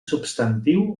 substantiu